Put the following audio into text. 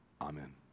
Amen